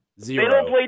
Zero